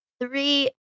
Three